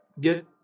get